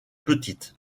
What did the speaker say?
petite